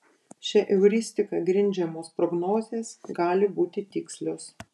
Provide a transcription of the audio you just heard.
šia euristika grindžiamos prognozės gali būti tikslios